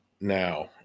now